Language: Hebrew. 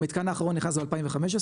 המתקן האחרון נכנס ב-2015,